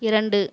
இரண்டு